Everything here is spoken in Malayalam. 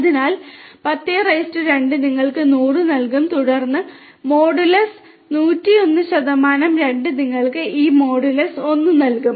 അതിനാൽ 10 2 നിങ്ങൾക്ക് 100 നൽകും തുടർന്ന് മോഡുലസ് 101 2 നിങ്ങൾക്ക് ഈ മോഡ് മൂല്യം 1 നൽകും